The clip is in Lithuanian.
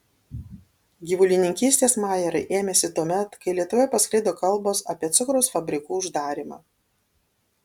gyvulininkystės majerai ėmėsi tuomet kai lietuvoje pasklido kalbos apie cukraus fabrikų uždarymą